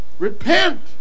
repent